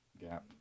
gap